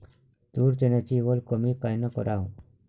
तूर, चन्याची वल कमी कायनं कराव?